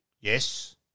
Yes